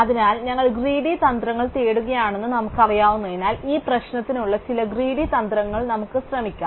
അതിനാൽ ഞങ്ങൾ ഗ്രീഡി തന്ത്രങ്ങൾ തേടുകയാണെന്ന് നമുക്കറിയാവുന്നതിനാൽ ഈ പ്രശ്നത്തിനുള്ള ചില ഗ്രീഡി തന്ത്രങ്ങൾ നമുക്ക് ശ്രമിക്കാം